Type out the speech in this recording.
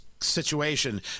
situation